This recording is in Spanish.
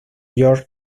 george